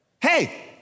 hey